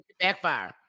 backfire